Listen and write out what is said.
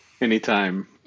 Anytime